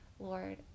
Lord